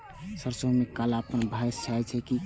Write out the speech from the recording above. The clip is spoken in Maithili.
सरसों में कालापन भाय जाय इ कि करब?